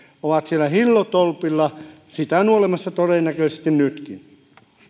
ovat siellä hillotolpalla sitä nuolemassa todennäköisesti nytkin